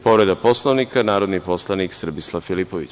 Povreda Poslovnika, narodni poslanik Srbislav Filipović.